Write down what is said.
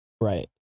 Right